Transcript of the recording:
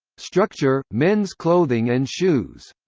structure men's clothing and shoes.